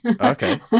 Okay